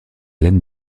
laine